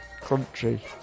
country